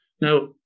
Now